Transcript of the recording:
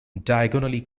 diagonally